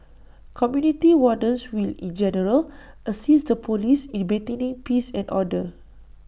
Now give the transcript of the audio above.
community wardens will in general assist the Police in maintaining peace and order